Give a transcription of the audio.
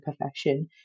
profession